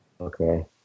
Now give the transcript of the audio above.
Okay